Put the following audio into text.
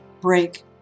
break